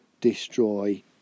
Destroy